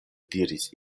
diris